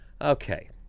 okay